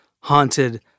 haunted